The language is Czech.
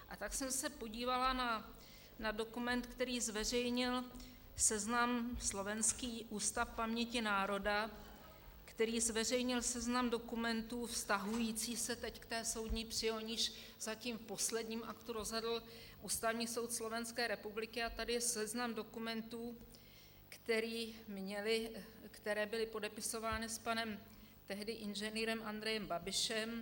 A tak jsem se podívala na dokument, který zveřejnil slovenský Ústav paměti národa, který zveřejnil seznam dokumentů vztahujících se teď k té soudní při, o níž zatím v posledním aktu rozhodl Ústavní soud Slovenské republiky, a tady je seznam dokumentů, které byly podepisovány s panem tehdy inženýrem Andrejem Babišem.